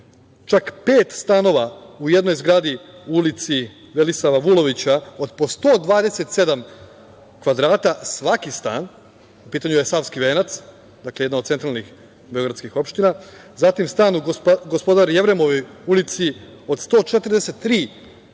čak pet stanova u jednoj zgradi u ulici Velisava Vulovića od po 127 kvadrata svaki stan? U pitanju je Savski Venac, jedna od centralnih beogradskih opština. Zatim, stan u Gospodar Jevremovoj ulici od 143 kvadrata.